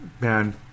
man